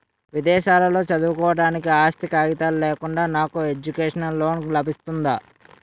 విదేశాలలో చదువుకోవడానికి ఆస్తి కాగితాలు లేకుండా నాకు ఎడ్యుకేషన్ లోన్ లబిస్తుందా?